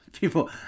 people